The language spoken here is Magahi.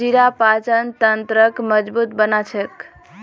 जीरा पाचन तंत्रक मजबूत बना छेक